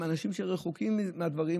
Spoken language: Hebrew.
אנשים שהם רחוקים מהדברים,